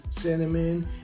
cinnamon